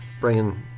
bringing